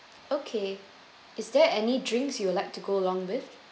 okay is there any drinks you would like to go along with